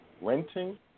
renting